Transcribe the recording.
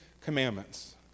Commandments